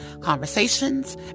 conversations